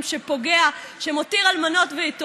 ופניתי גם בעל פה וגם בכתב,